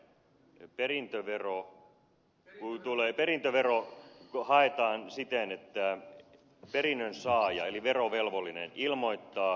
ne perintövero nun tulee perintövero haetaan siten että perinnönsaaja eli verovelvollinen ilmoittaa perintönsä arvon